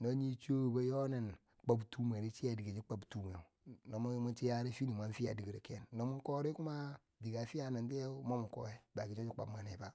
nonye chwubo yenen kwob tumweri chiya dike cho kwob tumwe, no mwanchiya ri fine mwan fiya dikero ken no mwan kori kuma, dike a fiya nen tiyeu mwo mwa koye, buwaki cho cha kwobmwene ba.